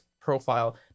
profile